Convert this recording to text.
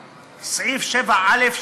אחרי סעיף 7 יבוא סעיף 7א,